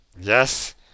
yes